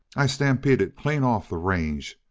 i stampeded clean off the range,